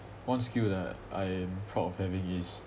one skill that I am proud of having is